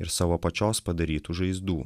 ir savo pačios padarytų žaizdų